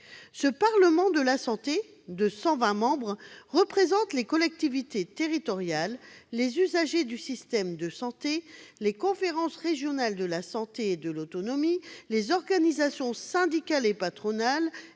Ce « Parlement de la santé » de 120 membres représente les collectivités territoriales, les usagers du système de santé, les conférences régionales de la santé et de l'autonomie, les organisations syndicales et patronales,